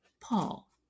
Paul